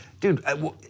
Dude